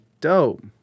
dope